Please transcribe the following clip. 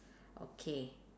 okay